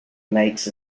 makes